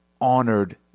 honored